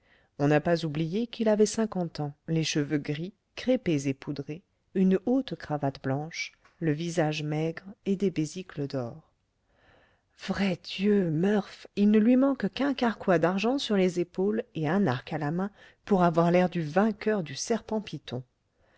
on n'a pas oublié qu'il avait cinquante ans les cheveux gris crêpés et poudrés une haute cravate blanche le visage maigre et des besicles d'or vrai dieu murph il ne lui manque qu'un carquois d'argent sur les épaules et un arc à la main pour avoir l'air du vainqueur du serpent python